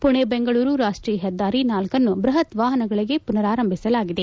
ಪುಣೆ ಬೆಂಗಳೂರು ರಾಷ್ಟೀಯ ಹೆದ್ದಾರಿ ನಾಲ್ಕನ್ನು ಬೃಹತ್ ವಾಹನಗಳಿಗೆ ಪುನಾರಂಭಿಸಲಾಗಿದೆ